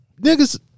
niggas